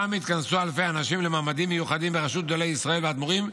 שם יתכנסו אלפי אנשים למעמדים מיוחדים בראשות גדולי ישראל ואדמו"רים,